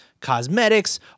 cosmetics